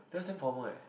that's damn formal eh